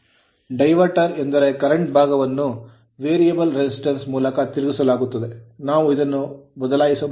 diverter diverter ಎಂದರೆ current ಭಾಗವನ್ನು ಈ variable resistance ವೇರಿಯಬಲ್ ಪ್ರತಿರೋಧದ ಮೂಲಕ ತಿರುಗಿಸಲಾಗುತ್ತದೆ ನಾವು ಇದನ್ನು ಬದಲಾಯಿಸಬಹುದು